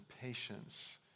patience